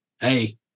Hey